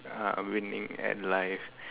uh winning at life